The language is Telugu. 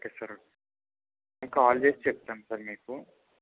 ఓకే సార్ నేను కాల్ చేసి చెప్తాను సార్ మీకు